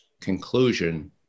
conclusion